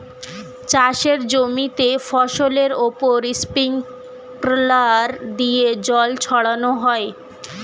চাষের জমিতে ফসলের উপর স্প্রিংকলার দিয়ে জল ছড়ানো হয়